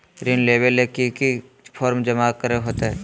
ऋण लेबे ले की की फॉर्म जमा करे होते?